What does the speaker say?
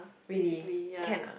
basically ya